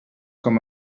com